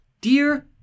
Dear